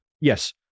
Yes